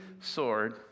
sword